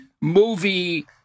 movie